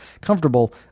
comfortable